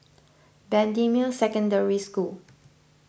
Bendemeer Secondary School